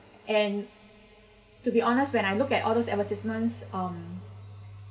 and to be honest when I look at all those advertisements um